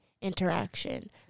Interaction